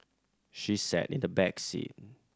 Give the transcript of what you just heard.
she sat in the back seat